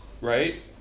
Right